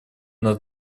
над